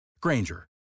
Granger